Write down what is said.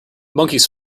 monkeys